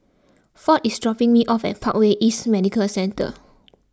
ford is dropping me off at Parkway East Medical Centre